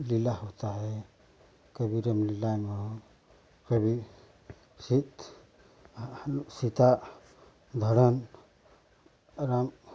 लीला होता है कभी कभी राम लीला में कभी सीत सीता धरण राम